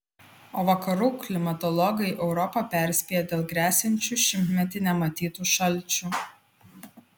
o vakarų klimatologai europą perspėja dėl gresiančių šimtmetį nematytų šalčių